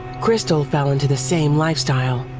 crystal fell into the same lifestyle.